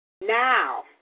Now